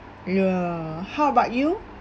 yeah how about you